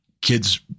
kids